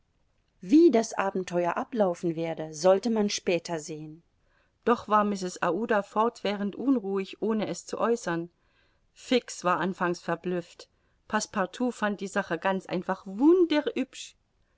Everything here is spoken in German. wie das abenteuer ablaufen werde sollte man später sehen doch war mrs aouda fortwährend unruhig ohne es zu äußern fix war anfangs verblüfft passepartout fand die sache ganz einfach